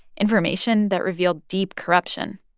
information that revealed deep corruption.